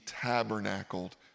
tabernacled